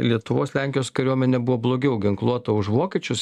lietuvos lenkijos kariuomenė buvo blogiau ginkluota už vokiečius